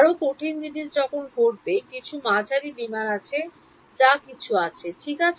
আরো কঠিন জিনিস যখন ঘটবে কিছু মাঝারি বিমান আছে বা যা কিছু আছে ঠিক আছে